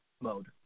mode